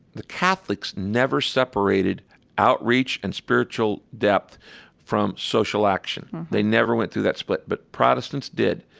the catholics never separated outreach and spiritual depth from social action. they never went through that split. but protestants did.